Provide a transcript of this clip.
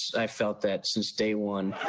i felt that since day one.